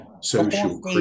social